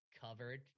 covered